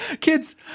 kids